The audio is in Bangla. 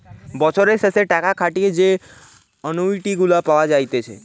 বছরের শেষে টাকা খাটিয়ে যে অনুইটি গুলা পাওয়া যাইতেছে